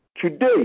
today